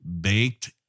baked